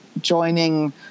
joining